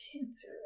Cancer